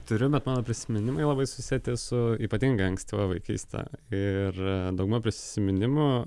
turiu bet mano prisiminimai labai susieti su ypatingai ankstyva vaikyste ir dauguma prisiminimų